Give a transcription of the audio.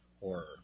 horror